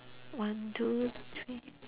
one two three